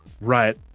right